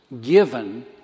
given